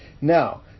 Now